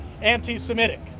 anti-Semitic